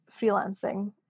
freelancing